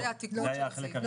לא, זה היה החלק הראשון.